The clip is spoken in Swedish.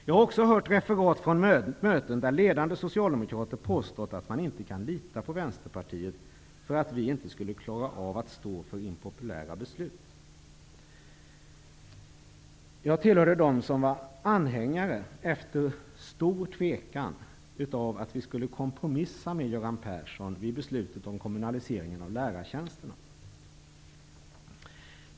Jag har också hört referat från möten där ledande socialdemokrater påstått att man inte kan lita på oss i Vänsterpartiet därför att vi inte kan klara av att stå för impopulära beslut. Jag är en av dem som efter stor tvekan blev en anhängare av att vi skulle kompromissa med Göran Persson vid beslutet om kommunaliseringen av lärartjänsterna.